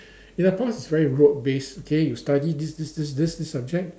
in the past very rote based okay you study this this this this subject